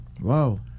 Wow